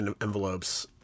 envelopes